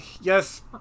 Yes